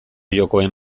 jokoen